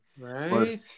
Right